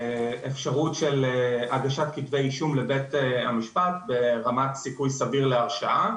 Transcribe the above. ואפשרות של הגשת כתבי אישום לבית המשפט ברמת סיכוי סביר להרשעה,